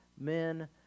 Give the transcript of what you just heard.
men